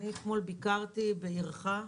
אתמול ביקרתי בעירך,